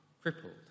crippled